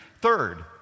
Third